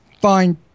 fine